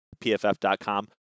pff.com